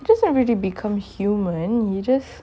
just have really become human you just